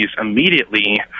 immediately